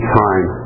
time